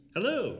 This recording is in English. Hello